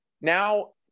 now